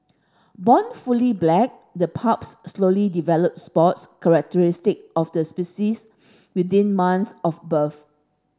born fully black the pups slowly develop spots characteristic of the species within months of birth